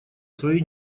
своей